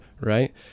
Right